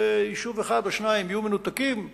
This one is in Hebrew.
ויישוב אחד או שניים יהיו מנותקים יום,